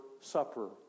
Supper